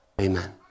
Amen